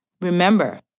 Remember